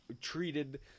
Treated